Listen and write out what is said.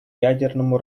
ядерному